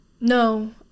no